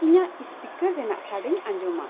ᱤᱧᱟᱹᱜ ᱤᱥᱯᱤᱠᱟᱨ ᱨᱮᱱᱟᱜ ᱥᱟᱰᱮᱧ ᱟᱸᱡᱚᱢᱟ